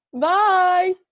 Bye